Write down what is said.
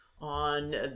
on